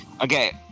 Okay